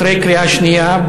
אחרי קריאה שנייה,